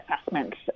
assessments